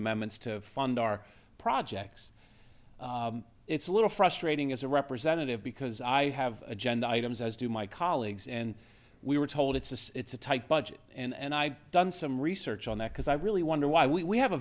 amendments to fund our projects it's a little frustrating as a representative because i have agenda items as do my colleagues and we were told it's a tight budget and i done some research on that because i really wonder why we have a